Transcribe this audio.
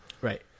right